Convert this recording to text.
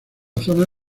zona